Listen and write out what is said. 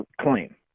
claim